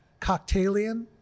cocktailian